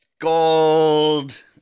Gold